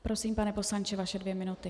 Prosím, pane poslanče, vaše dvě minuty.